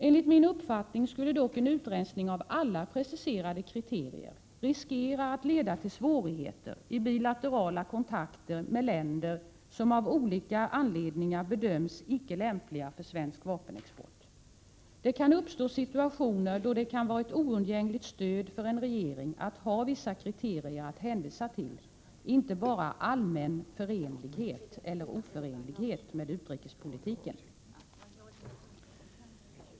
Enligt min uppfattning skulle dock en utrensning av alla preciserande kriterier riskera att leda till svårigheter i bilaterala kontakter med länder som av olika anledningar bedöms icke lämpliga för svensk vapenexport. Det kan uppstå situationer då det kan vara ett oundgängligt stöd för en regering att ha vissa kriterier att hänvisa till, inte bara allmän förenlighet eller oförenlighet med utrikespolitiken.